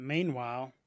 Meanwhile